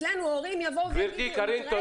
אצלנו הורים יבואו ויגידו "נתראה